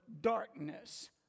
darkness